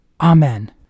amen